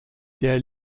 der